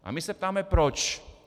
A my se ptáme: Proč?